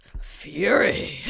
fury